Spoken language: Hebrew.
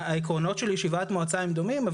העקרונות של ישיבת מועצה הם דומים.